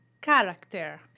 character